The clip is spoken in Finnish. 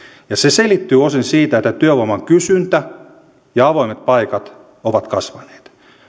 se selittyy osin sillä että työvoiman kysyntä ja avoimet paikat ovat kasvaneet